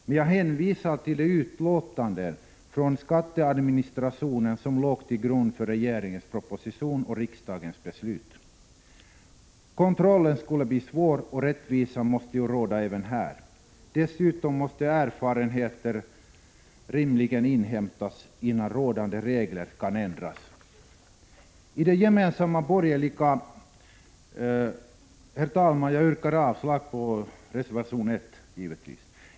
Men jag hänvisar till det utlåtande från skatteadministrationen som låg till grund för regeringens proposition och riksdagens beslut. Kontrollen skulle bli svår och rättvisa måste ju råda även här. Dessutom måste erfarenheter rimligen inhämtas innan rådande regler kan ändras. Herr talman! Jag yrkar avslag på reservationen nr 1.